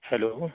hello